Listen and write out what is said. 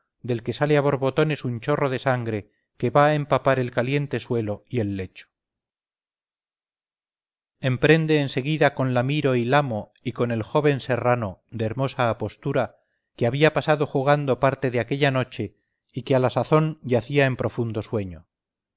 del que sale a borbotones un chorro de sangre que va a empapar el caliente suelo y el lecho emprende en seguida con lamiro y lamo y con el joven serrano de hermosa apostura que había pasado jugando parte de aquella noche y que a la sazón yacía en profundo sueño